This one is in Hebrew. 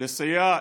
לסייע,